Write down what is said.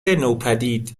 نوپدید